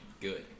good